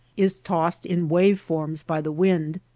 is tossed in wave forms by the wind,